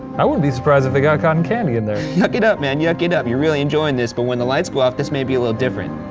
i wouldn't be surprised if they got cotton candy in there. yuk it up, man, yuk it up, you're really enjoying this, but when the lights go off, this may be a little different.